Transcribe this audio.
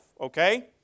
Okay